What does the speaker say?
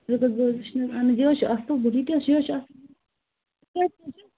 یَتھ حظ چھُ وٕشنیر اہن حظ یہِ حظ چھُ اَصٕل یہِ تہِ حظ چھُ اَصٕل